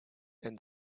and